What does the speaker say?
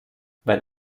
wenn